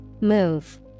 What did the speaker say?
Move